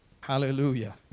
Hallelujah